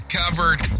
covered